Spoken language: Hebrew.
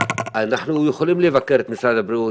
אנחנו יכולים לבקר את משרד הבריאות,